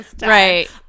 Right